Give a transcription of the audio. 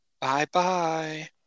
Bye-bye